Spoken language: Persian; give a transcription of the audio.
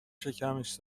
شکمش